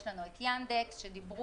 יש לנו את יאנדקס שדיברו,